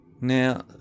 Now